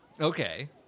Okay